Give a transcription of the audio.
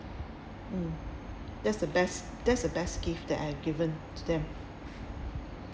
mm that's the best that's the best gift that I have given to them